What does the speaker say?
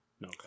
No